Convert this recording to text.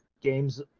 games